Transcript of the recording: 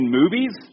movies